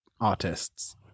artists